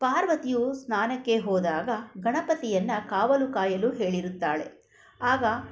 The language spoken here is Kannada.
ಪಾರ್ವತಿಯು ಸ್ನಾನಕ್ಕೆ ಹೋದಾಗ ಗಣಪತಿಯನ್ನು ಕಾವಲು ಕಾಯಲು ಹೇಳಿರುತ್ತಾಳೆ ಆಗ